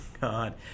God